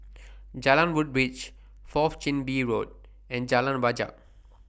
Jalan Woodbridge Fourth Chin Bee Road and Jalan Wajek